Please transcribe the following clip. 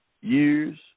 years